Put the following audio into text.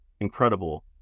incredible